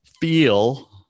feel